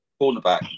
cornerback